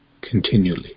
continually